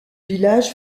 village